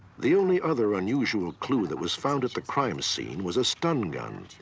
the only other unusual clue that was found at the crime scene was a stun gun.